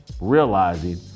realizing